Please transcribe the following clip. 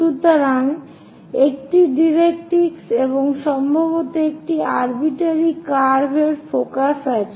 সুতরাং একটি ডাইরেক্ট্রিক্স এবং সম্ভবত একটি আরবিট্রারি কার্ভ এর ফোকাস আছে